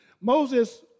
Moses